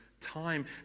time